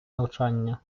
навчання